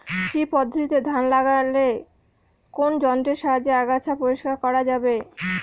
শ্রী পদ্ধতিতে ধান লাগালে কোন যন্ত্রের সাহায্যে আগাছা পরিষ্কার করা যাবে?